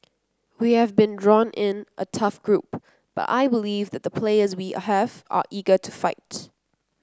we have been drawn in a tough group but I believe that the players we have are eager to fight